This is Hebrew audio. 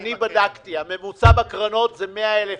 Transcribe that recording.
אנחנו מתחילת הקורונה פונים בעניין הזה,